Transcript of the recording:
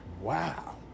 Wow